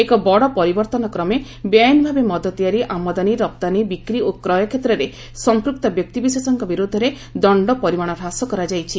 ଏକ ବଡ଼ ପରିବର୍ତ୍ତନକ୍ରମେ ବେଆଇନଭାବେ ମଦ ତିଆରି ଆମଦାନୀ ରପ୍ତାନୀ ବିକ୍ରି ଓ କ୍ରୟ କ୍ଷେତ୍ରରେ ସମ୍ପୁକ୍ତ ବ୍ୟକ୍ତିବିଶେଷଙ୍କ ବିରୋଧରେ ଦଶ୍ଡ ପରିମାଣ ହ୍ରାସ କରାଯାଇଛି